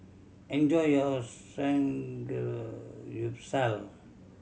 enjoy your Samgeyopsal